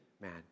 man